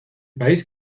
país